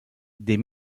des